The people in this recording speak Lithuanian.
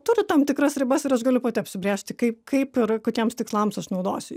turi tam tikras ribas ir aš galiu pati apsibrėžti kaip kaip ir kokiems tikslams aš naudosiu